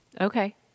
Okay